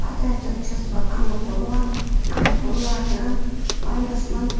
پتہٕ حظ چھَس بہٕ اَمبہٕ کُل ون اَمبہٕ لاگان ونٛدس منٛز